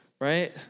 right